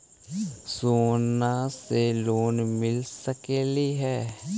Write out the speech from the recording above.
सोना से लोन मिल सकली हे?